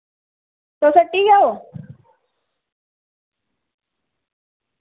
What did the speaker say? तुस हट्टी गै ओ